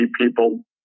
people